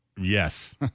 yes